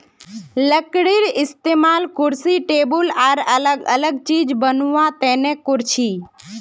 लकडीर इस्तेमाल कुर्सी टेबुल आर अलग अलग चिज बनावा तने करछी